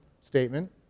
statement